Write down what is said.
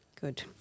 Good